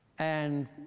and